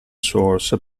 source